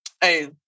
Hey